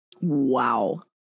Wow